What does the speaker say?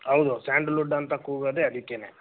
ಹೌದು ಸ್ಯಾಂಡಲ್ವುಡ್ ಅಂತ ಕೂಗೋದೆ ಅದಕ್ಕೇನೆ